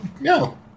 No